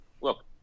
Look